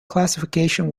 classification